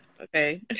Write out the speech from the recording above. Okay